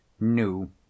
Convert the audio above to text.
new